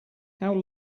how